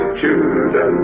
children